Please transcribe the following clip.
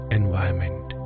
environment